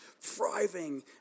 thriving